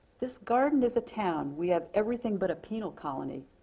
this garden is a town. we have everything but a penal colony,